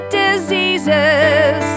diseases